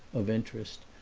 of interest,